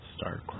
Start